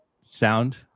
sound